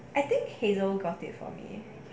I think hazel got it for me